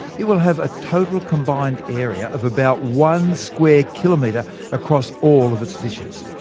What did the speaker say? it will have a total combined area of about one square kilometre across all of its dishes.